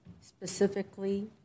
specifically